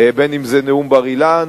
בין שזה נאום בר-אילן,